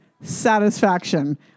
satisfaction